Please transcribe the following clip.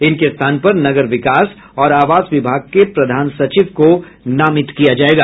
इनके स्थान पर नगर विकास और आवास विभाग के प्रधान सचिव को नामित किया जायेगा